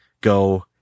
Go